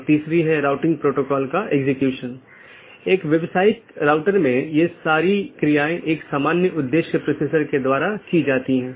तो इसका मतलब यह है कि OSPF या RIP प्रोटोकॉल जो भी हैं जो उन सूचनाओं के साथ हैं उनका उपयोग इस BGP द्वारा किया जा रहा है